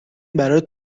برات